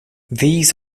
these